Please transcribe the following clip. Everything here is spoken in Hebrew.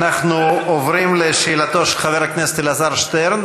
אנחנו עוברים לשאלתו של חבר הכנסת אלעזר שטרן.